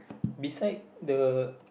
beside the